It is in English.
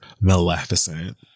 Maleficent